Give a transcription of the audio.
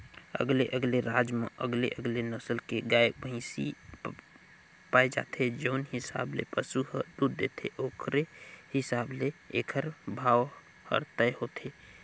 अलगे अलगे राज म अलगे अलगे नसल के गाय, भइसी पाए जाथे, जउन हिसाब ले पसु ह दूद देथे ओखरे हिसाब ले एखर भाव हर तय होथे